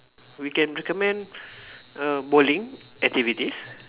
we can recommend err bowling activities